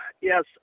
yes